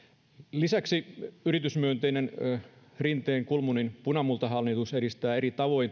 lisäksi yritysmyönteinen rinteen kulmunin punamultahallitus edistää eri tavoin